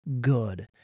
good